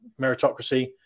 meritocracy